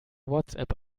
whatsapp